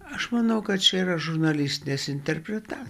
aš manau kad čia yra žurnalistinės interpreta